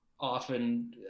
Often